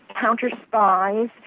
counter-spies